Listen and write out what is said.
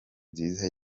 nziza